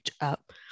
up